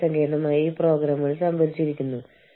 അന്താരാഷ്ട്ര വ്യാപാര സംഘടനകളും കരാറുകളും